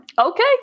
okay